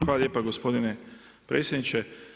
Hvala lijepo, gospodine predsjedniče.